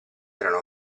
erano